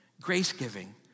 Grace-giving